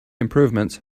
improvements